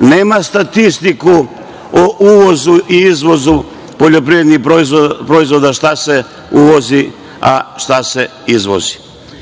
nema statistiku o uvozu i izvozu poljoprivrednih proizvoda, šta se uvozi a šta se izvozi. Ja